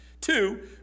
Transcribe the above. two